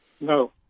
No